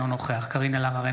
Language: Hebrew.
אינו נוכח קארין אלהרר,